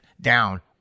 down